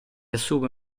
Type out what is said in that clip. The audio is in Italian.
assume